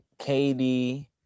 KD